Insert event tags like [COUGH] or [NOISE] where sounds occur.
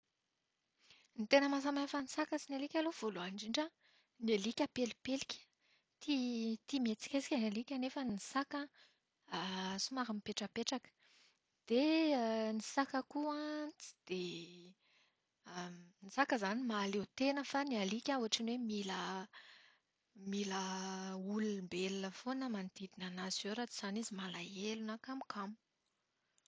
Ny tena mahasamihafa ny saka sy ny alika aloha voalohany indrindra an, ny alika pelipelika. Tia mihetsiketsika ny alika nefa ny saka [HESITATION] somary mieptrapetraka. Dia [HESITATION] ny saka koa an, tsy dia [HESITATION] ny saka izany mahaleo tena fa ny alika ohatran'ny hoe mila mila olombelona manodidina anazy eo raha tsy izany malahelo na kamokamo.